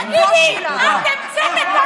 תגידי, את המצאת את המושג